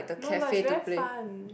no but it's very fun